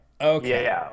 Okay